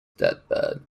deathbed